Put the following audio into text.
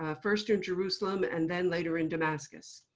ah first in jerusalem, and then later, in damascus.